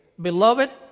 Beloved